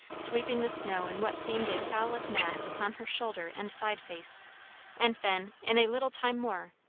sweeping the snow in what seemed a solid mass upon her shoulder and side face and then, in a little time more,